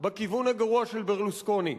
בכיוון הגרוע של ברלוסקוני.